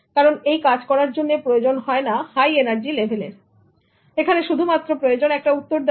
কারণ এই কাজ করার জন্য প্রয়োজন হয়না high energy লেভেলের এখানে শুধুমাত্র প্রয়োজন একটা উত্তর দেওয়ার